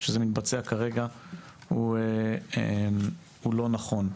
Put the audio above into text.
שזה מתבצע כרגע הוא לא נכון.